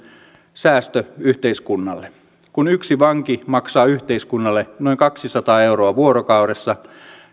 säästö yhteiskunnalle kun yksi vanki maksaa yhteiskunnalle noin kaksisataa euroa vuorokaudessa